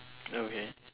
okay